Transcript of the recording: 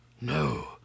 No